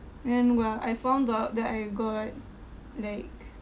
and well I found out that I got like